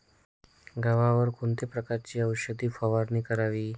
गव्हावर कोणत्या प्रकारची औषध फवारणी करावी?